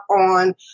on